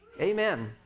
amen